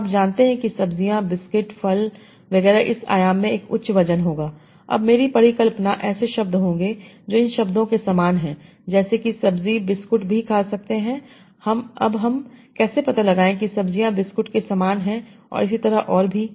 तो आप जानते हैं कि सब्जियां बिस्कुट फल वगैरह इस आयाम में एक उच्च वजन होगा अब मेरी परिकल्पना ऐसे शब्द होंगे जो इन शब्दों के समान हैं जैसे कि सब्जी बिस्कुट भी खा सकते हैं अब हम कैसे पता लगाएँ कि सब्जियां बिस्कुट के समान हैं और इसी तरह और भी